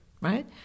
right